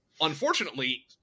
unfortunately